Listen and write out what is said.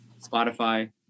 Spotify